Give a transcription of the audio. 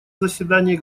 заседании